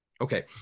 okay